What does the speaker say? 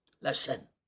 listen